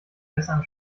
messern